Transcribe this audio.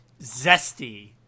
Zesty